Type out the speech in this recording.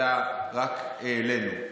אלא העלינו.